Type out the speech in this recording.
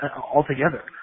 altogether